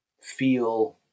feel